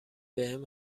بهم